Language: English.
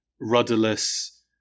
rudderless